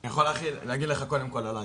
אני יכול להגיד לך קודם כל עליי,